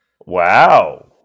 Wow